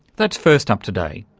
that's first up today.